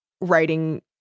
writing